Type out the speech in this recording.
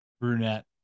brunette